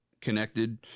connected